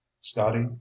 scotty